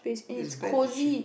it's bad to s~